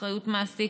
אחריות מעסיק,